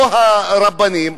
או הרבנים,